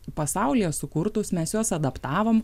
pasaulyje sukurtus mes juos adaptavom